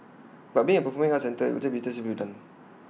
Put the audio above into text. but being A performing arts centre IT will be tastefully done